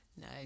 no